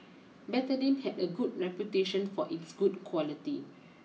Betadine has a good reputation for it's good quality